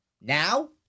Now